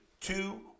two